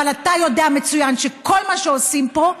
אבל אתה יודע מצוין שכל מה שעושים פה,